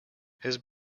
his